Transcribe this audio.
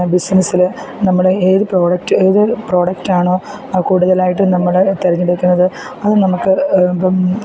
ബിസിനസില് നമ്മള് ഏത് പ്രോഡക്റ്റ് ഏത് പ്രോഡക്റ്റാണോ കൂടുതലായിട്ട് നമ്മള് തെരഞ്ഞെടുക്കുന്നത് അത് നമുക്ക് ഇപ്പം